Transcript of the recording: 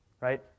Right